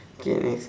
K next